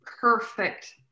perfect